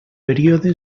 període